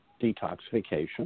detoxification